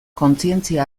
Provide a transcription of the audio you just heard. kontzientzia